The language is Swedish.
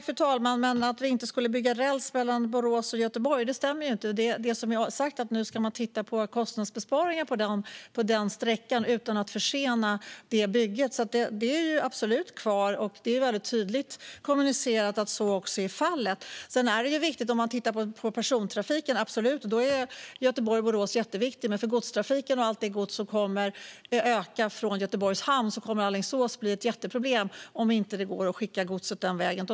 Fru talman! Att vi inte skulle bygga räls mellan Borås och Göteborg stämmer inte. Det jag har sagt är att man nu ska titta på kostnadsbesparingar på den sträckan utan att försena bygget. Det är absolut kvar, och det är väldigt tydligt kommunicerat att så är fallet. Sett till persontrafiken är sträckan Göteborg-Borås jätteviktig, absolut. Men för godstrafiken med allt gods från Göteborgs hamn, som kommer att öka, kommer Alingsås att bli ett jätteproblem om det inte går att skicka godset den vägen.